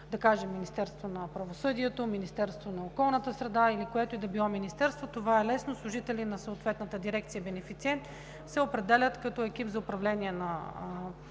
да кажем, Министерството на правосъдието, Министерството на околната среда и водите или което и да било министерство, това е лесно – служители на съответната дирекция – бенефициент, се определят като екип за управление на проекта